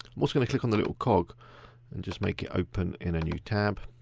i'm also gonna click on the little cog and just make it open in a new tab.